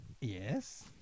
Yes